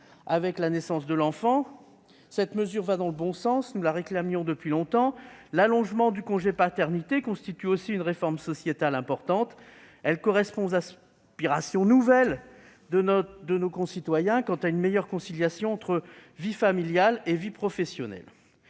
avant la naissance de l'enfant- cette mesure, que nous réclamions depuis longtemps, va dans le bon sens. L'allongement du congé paternité constitue aussi une réforme sociétale importante, qui correspond aux aspirations nouvelles de nos concitoyens quant à une meilleure conciliation entre vie familiale et vie professionnelle.